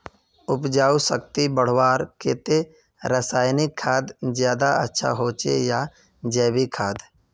उपजाऊ शक्ति बढ़वार केते रासायनिक खाद ज्यादा अच्छा होचे या जैविक खाद?